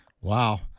Wow